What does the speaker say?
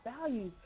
values